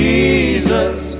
Jesus